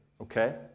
okay